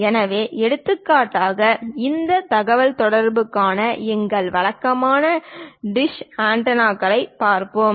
எனவே எடுத்துக்காட்டாக இந்த தகவல்தொடர்புக்கான எங்கள் வழக்கமான டிஷ் ஆண்டெனாவைப் பார்ப்போம்